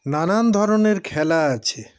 নানান ধরনের খেলা আছে